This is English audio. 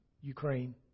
Ukraine